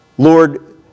Lord